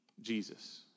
Jesus